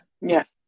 Yes